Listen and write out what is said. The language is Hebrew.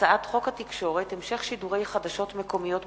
הצעת חוק התקשורת (המשך שידורי חדשות מקומיות בטלוויזיה)